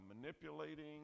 manipulating